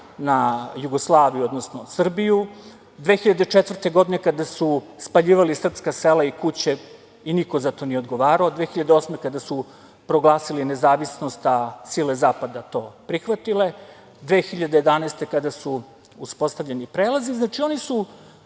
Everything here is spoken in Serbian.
na Jugoslaviju, odnosno Srbiju, 2004. godine kada su spaljivali srpska sela i kuće i niko za to nije odgovarao, 2008. kada su proglasili nezavisnost, a sile zapada to prihvatile, 2011. kada su uspostavljeni prelazi. Znači, oni su